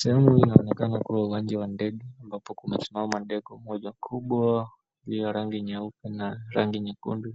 Sehemu inaonekama kua uwanja wa ndege ambapo kumesimama ndege moja kubwa iliyo ya rangi nyeupe na ragi nyekundu.